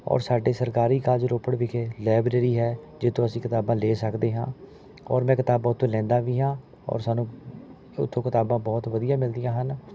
ਔਰ ਸਾਡੇ ਸਰਕਾਰੀ ਕਾਲਜ ਰੋਪੜ ਵਿਖੇ ਲਾਇਬ੍ਰੇਰੀ ਹੈ ਜਿੱਥੋਂ ਅਸੀਂ ਕਿਤਾਬਾਂ ਲੈ ਸਕਦੇ ਹਾਂ ਔਰ ਮੈਂ ਕਿਤਾਬਾਂ ਉੱਥੋਂ ਲੈਂਦਾ ਵੀ ਹਾਂ ਔਰ ਸਾਨੂੰ ਉੱਥੋਂ ਕਿਤਾਬਾਂ ਬਹੁਤ ਵਧੀਆ ਮਿਲਦੀਆਂ ਹਨ